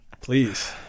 please